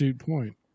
point